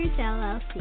LLC